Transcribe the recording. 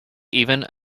even